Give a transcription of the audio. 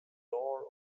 door